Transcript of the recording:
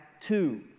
Two